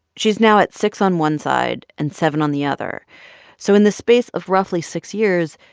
she's now at six on one side and seven on the other so in the space of roughly six years,